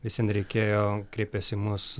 vis vien reikėjo kreipės į mus